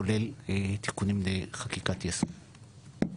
כולל תיקונים לחקיקת יסוד.